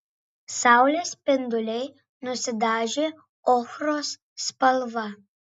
saulės spinduliai nusidažė ochros spalva